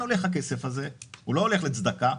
הכסף הזה לא הולך לצדקה.